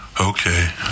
okay